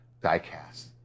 die-cast